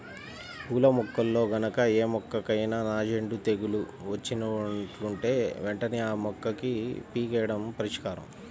పూల మొక్కల్లో గనక ఏ మొక్కకైనా నాంజేడు తెగులు వచ్చినట్లుంటే వెంటనే ఆ మొక్కని పీకెయ్యడమే పరిష్కారం